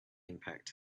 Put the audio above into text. impact